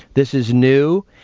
this is new,